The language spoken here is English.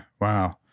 Wow